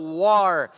war